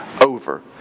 over